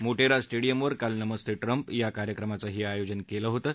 मोटेरा स्टेडियमवर काल नमस्ते ट्रम्प या कार्यक्रमाचंही आयोजन केलं होतं